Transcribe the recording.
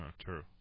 True